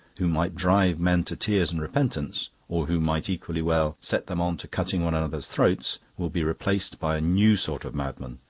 who might drive men to tears and repentance, or who might equally well set them on to cutting one another's throats, will be replaced by a new sort of madman,